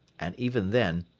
and even then,